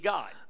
God